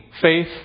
faith